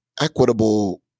equitable